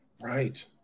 Right